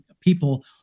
people